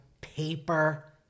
paper